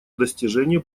достижение